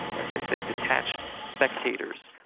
as i said, detached spectators.